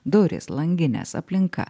durys langinės aplinka